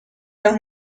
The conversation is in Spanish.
los